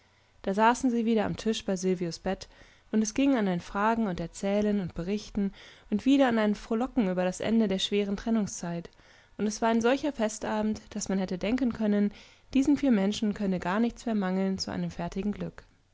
da saßen sie wieder am tisch bei silvios bett und es ging an ein fragen und erzählen und berichten und wieder an ein frohlocken über das ende der schweren trennungszeit und es war ein solcher festabend daß man hätte denken können diesen vier menschen könne gar nichts mehr mangeln zu einem fertigen glück